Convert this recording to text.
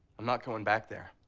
i'm not going back there.